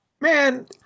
man